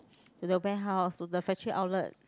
to the warehouse to the factory outlet